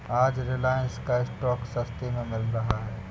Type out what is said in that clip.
आज रिलायंस का स्टॉक सस्ते में मिल रहा है